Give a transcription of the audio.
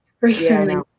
recently